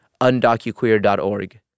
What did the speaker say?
undocuqueer.org